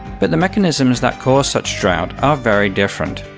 but the mechanisms that cause such drought are very different.